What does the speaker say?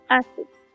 acids